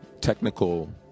technical